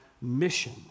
mission